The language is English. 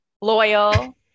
loyal